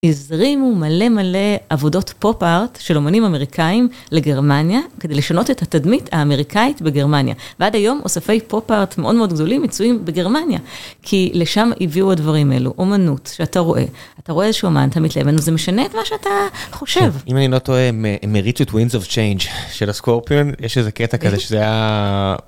הזרימו מלא מלא עבודות פופ ארט של אומנים אמריקאים לגרמניה כדי לשנות את התדמית האמריקאית בגרמניה ועד היום אוספי פופ ארט מאוד מאוד גדולים מצויים בגרמניה כי לשם הביאו הדברים אלו אומנות שאתה רואה, אתה רואה איזה שהוא אמן תמיד זה משנה את מה שאתה חושב אם אני לא טועה מריצות ווינז אוף צ'יינג של הסקורפיון יש איזה קטע כזה שזה היה.